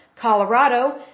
Colorado